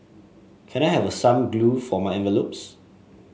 can I have some glue for my envelopes